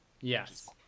yes